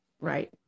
Right